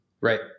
Right